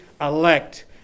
elect